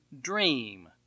dream